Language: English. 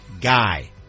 guy